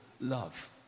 love